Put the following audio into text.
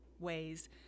Ways